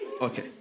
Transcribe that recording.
okay